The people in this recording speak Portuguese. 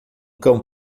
cão